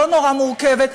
לא נורא מורכבת,